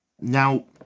Now